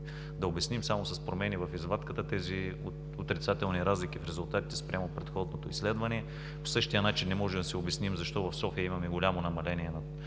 да обясним само с промени в извадката тези отрицателни разлики в резултатите спрямо предното изследване. По същия начин не можем да си обясним защо в София имаме голямо намаление на